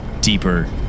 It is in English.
deeper